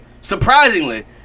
Surprisingly